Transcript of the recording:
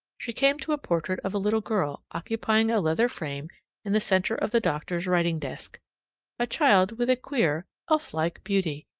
she came to a portrait of a little girl occupying a leather frame in the center of the doctor's writing desk a child with a queer elf-like beauty,